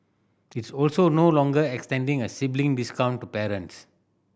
it's also no longer extending a sibling discount to parents